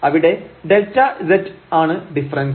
അവിടെ Δz ആണ് ഡിഫറൻസ്